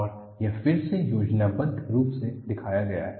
और यह फिर से योजनाबद्ध रूप से दिखाया गया है